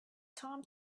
time